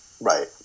Right